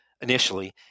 initially